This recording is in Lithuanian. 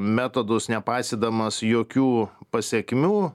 metodus nepaisydamas jokių pasekmių